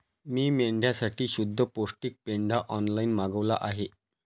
मी मेंढ्यांसाठी शुद्ध पौष्टिक पेंढा ऑनलाईन मागवला आहे